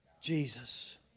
Jesus